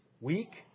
Weak